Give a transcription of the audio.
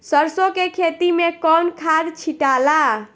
सरसो के खेती मे कौन खाद छिटाला?